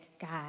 God